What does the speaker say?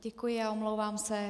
Děkuji a omlouvám se.